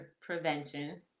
prevention